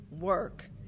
work